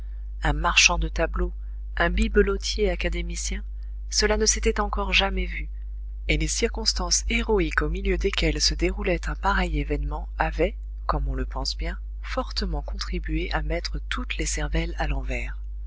un marchand de tableaux un bibelotier académicien cela ne s'était encore jamais vu et les circonstances héroïques au milieu desquelles se déroulait un pareil événement avaient comme on le pense bien fortement contribué à mettre toutes les cervelles à l'envers